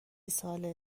ساله